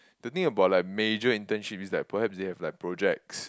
the thing about like major internship is like perhaps they have like projects